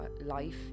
life